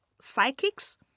psychics